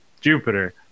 Jupiter